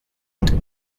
und